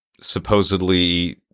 supposedly